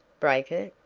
break it?